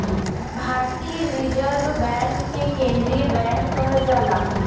भारतीय reserve bank के केन्द्रीय बैंक कहल जाला